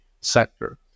sector